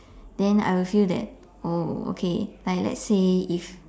then I will feel that oh okay like let's say if